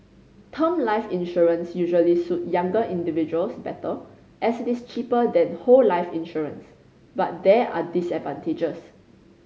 term life insurance usually suit younger individuals better as it is cheaper than whole life insurance but there are disadvantages